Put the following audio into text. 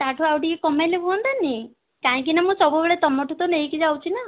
ତା ଠୁ ଆଉ ଟିକିଏ କମେଇଲେ ହୁଅନ୍ତାନି କାହିଁକିନା ମୁଁ ସବୁବେଳେ ତମଠୁ ନେଇକି ଯାଉଛି ନା